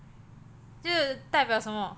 就是代表什么